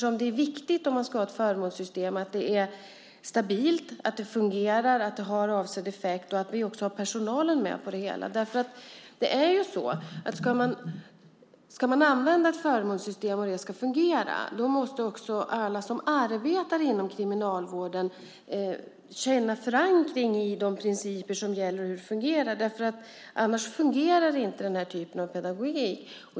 Om man ska ha ett förmånssystem är det nämligen viktigt att det är stabilt, fungerar och har avsedd effekt samt att vi har personalen med på det hela. Om man ska använda ett förmånssystem och få det att fungera måste alla som arbetar inom Kriminalvården känna förankring i de principer som gäller och i hur det fungerar, annars fungerar inte den typen av pedagogik.